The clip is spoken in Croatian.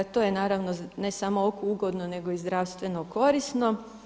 To je naravno ne samo oku ugodno, nego i zdravstveno korisno.